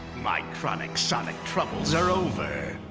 my chronic sonic troubles are over.